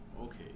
okay